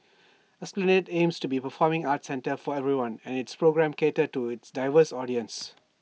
esplanade aims to be A performing arts centre for everyone and its programmes cater to its diverse audiences